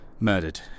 Murdered